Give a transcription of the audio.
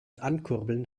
ankurbeln